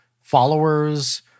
followers